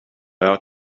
ought